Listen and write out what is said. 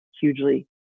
hugely